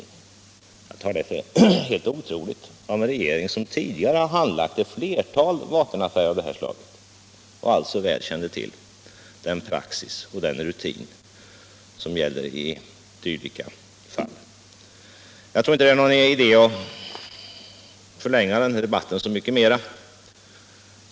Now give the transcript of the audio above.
Jag håller det för helt otroligt i fråga om en regering som tidigare har handlagt ett flertal vapenaffärer av detta slag och som alltså väl kände till den praxis och den rutin som tillämpas i dylika fall. Jag tror inte det är någon idé att förlänga denna debatt så mycket mer.